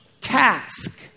task